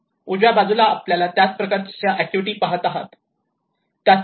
उजव्या बाजूला आपण त्याच प्रकारच्या ऍक्टिव्हिटी पहात आहात